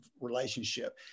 relationship